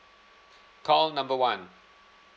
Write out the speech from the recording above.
call number one